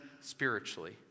spiritually